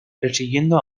persiguiendo